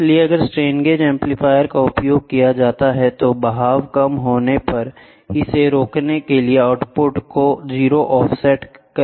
इसलिए अगर strain gauge amplifier का उपयोग किया जाता है तो बहाव कम होने पर इसे रोकने के लिए आउटपुट को 0 ऑफसेट दिया जा सकता है